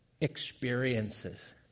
experiences